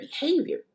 behavior